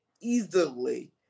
easily